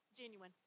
Genuine